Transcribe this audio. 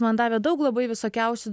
man davė daug labai visokiausių